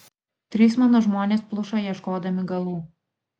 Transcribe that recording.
trys mano žmonės pluša ieškodami galų